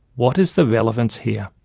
what is the relevance here?